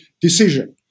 decision